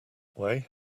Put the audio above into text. way